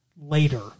later